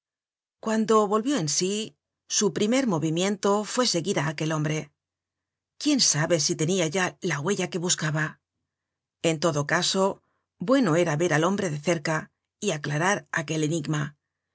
cuando volvió en sí su primer movimiento fue seguir á aquel hombre quién sabe si tenia ya la huella que buscaba en todo caso bueno era ver al hombre de cerca y aclarar aquel enigma